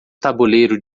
tabuleiro